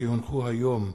כי הונחו היום,